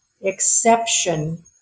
exception